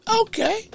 okay